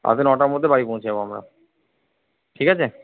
রাতে নটার মধ্যে বাড়ি পৌঁছে যাব আমরা ঠিক আছে